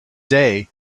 day